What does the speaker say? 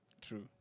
True